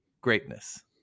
greatness